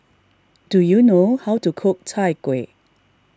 do you know how to cook Chai Kuih